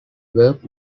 work